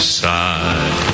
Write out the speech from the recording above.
side